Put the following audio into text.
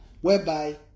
Whereby